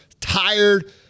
tired